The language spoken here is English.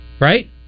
Right